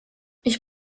ich